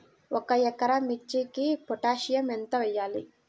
ఒక ఎకరా మిర్చీకి పొటాషియం ఎంత వెయ్యాలి?